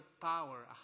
power